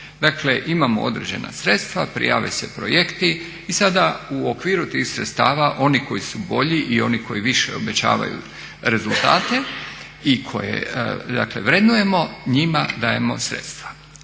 Dakle imamo određena sredstva, prijave se projekti i sada u okviru tih sredstava oni koji su bolji i oni koji više obećavaju rezultate i koje dakle vrednujemo njima dajemo sredstava.